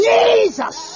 Jesus